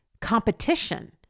competition